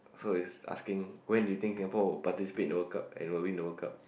so is asking when do you think Singapore participate in the World Cup and will win the World Cup